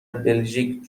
بلژیک